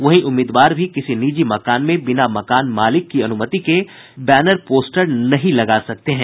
वहीं उम्मीदवार भी किसी निजी मकान में बिना मकान मालिक की अनुमति के बैनर पोस्टर नहीं लगा सकते हैं